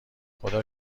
خدا